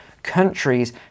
countries